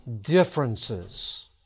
differences